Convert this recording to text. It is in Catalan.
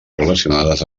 relacionades